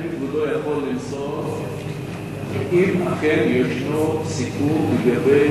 האם כבודו יכול למסור אם אכן יש סיכום לגבי